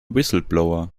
whistleblower